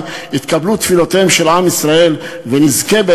יתקבלו תפילותיהם של עם ישראל ונזכה,